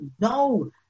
no